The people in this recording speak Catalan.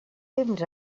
temps